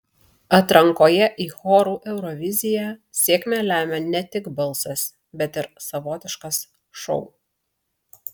atrankoje į chorų euroviziją sėkmę lemia ne tik balsas bet ir savotiškas šou